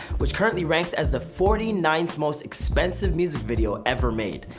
which currently ranks as the forty ninth most expensive music video ever made.